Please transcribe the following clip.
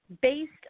based